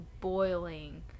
boiling